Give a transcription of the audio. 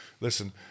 listen